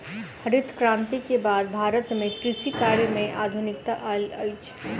हरित क्रांति के बाद भारत में कृषि कार्य में आधुनिकता आयल अछि